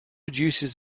reduces